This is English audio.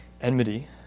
Enmity